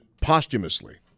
posthumously